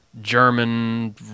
German